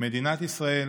מדינת ישראל,